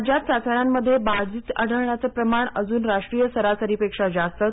राज्यात चाचण्यांमध्ये बाधित आढळण्याचं प्रमाण अजून राष्ट्रीय सरासरीपेक्षा जास्तच